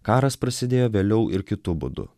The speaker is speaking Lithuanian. karas prasidėjo vėliau ir kitu būdu